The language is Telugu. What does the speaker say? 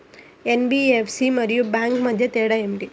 ఎన్.బీ.ఎఫ్.సి మరియు బ్యాంక్ మధ్య తేడా ఏమిటి?